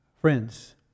Friends